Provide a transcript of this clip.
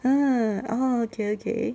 ah orh okay okay